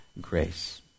grace